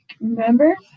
remember